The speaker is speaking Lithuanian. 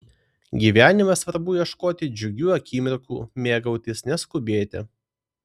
gyvenime svarbu ieškoti džiugių akimirkų mėgautis neskubėti